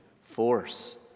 force